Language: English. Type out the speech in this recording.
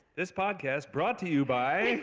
this podcast brought to you by